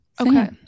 okay